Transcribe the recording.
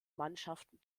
mannschaften